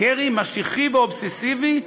קרי משיחי ואובססיבי.